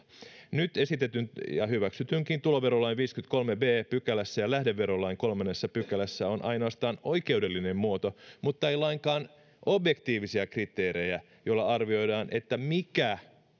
nyt esitetyissä ja hyväksytyissäkin tuloverolain viidennessäkymmenennessäkolmannessa b pykälässä ja lähdeverolain kolmannessa pykälässä on ainoastaan oikeudellinen muoto mutta ei lainkaan objektiivisia kriteerejä joilla arvioidaan mikä